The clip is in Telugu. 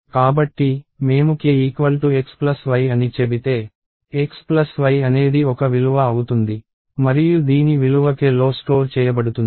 కాబట్టి మేము k x y అని చెబితే x y అనేది ఒక విలువ అవుతుంది మరియు దీని విలువ kలో స్టోర్ చేయబడుతుంది